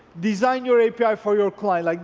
design your api for your client. like